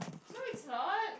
no it's not